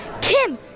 Kim